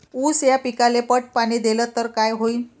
ऊस या पिकाले पट पाणी देल्ल तर काय होईन?